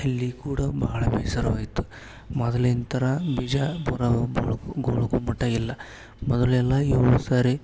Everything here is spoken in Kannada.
ಇಲ್ಲಿ ಕೂಡ ಬಹಳ ಬೇಸರವಾಯಿತು ಮೊದಲಿನ ಥರ ಬಿಜಾಪುರ ಗೋಳು ಗೋಲುಗುಮ್ಮಟ ಇಲ್ಲ ಮೊದಲೆಲ್ಲಾ ಏಳು ಸರಿ